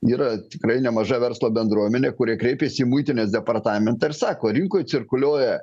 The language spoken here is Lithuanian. yra tikrai nemaža verslo bendruomenė kuri kreipėsi į muitinės departamentą ir sako rinkoj cirkuliuoja